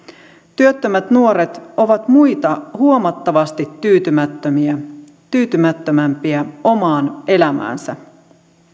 työttömät nuoret ovat muita huomattavasti tyytymättömämpiä tyytymättömämpiä omaan elämäänsä